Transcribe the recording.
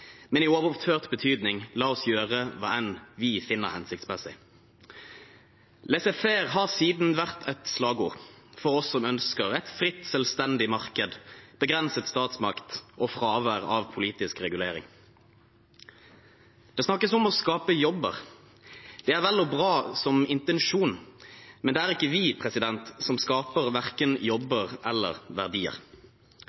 men i overført betydning: la oss gjøre hva enn vi finner hensiktsmessig. «Laissez faire» har siden vært et slagord for oss som ønsker et fritt, selvstendig marked, begrenset statsmakt og fravær av politisk regulering. Det snakkes om å skape jobber. Det er vel og bra som intensjon, men det er ikke vi som skaper verken